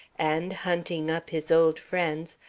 and, hunting up his old friends,